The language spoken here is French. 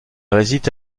réside